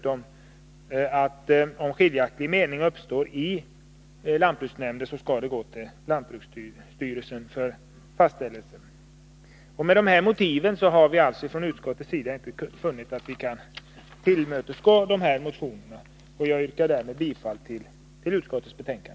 Om skiljaktiga meningar uppstår i lantbruksnämnden, skall ärendet dessutom gå till lantbruksstyrelsen för fastställelse. Med dessa motiveringar har vi inom utskottet inte funnit att vi kan tillmötesgå motionskraven. Därför yrkar jag bifall till utskottets hemställan.